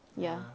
ya